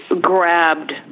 grabbed